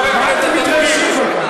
אקוניס, מה אתם מתרגשים כל כך?